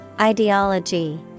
Ideology